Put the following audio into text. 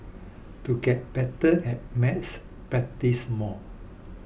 to get better at maths practise more